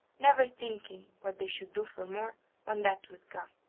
never thinking what they should do for more when that was gone.